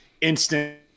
instant